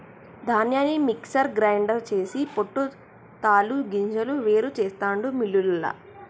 ధాన్యాన్ని mixer grinder చేసి పొట్టు తాలు గింజలు వేరు చెస్తాండు మిల్లులల్ల